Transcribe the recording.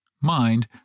Mind